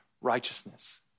righteousness